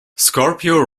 scorpio